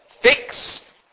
Fix